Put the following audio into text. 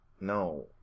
no